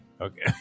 Okay